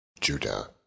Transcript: Judah